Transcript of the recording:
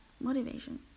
motivation